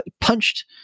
punched